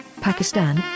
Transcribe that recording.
Pakistan